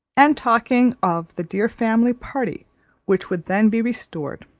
and talking of the dear family party which would then be restored,